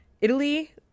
italy